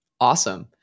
Awesome